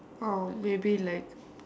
orh maybe like